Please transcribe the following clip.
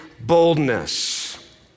boldness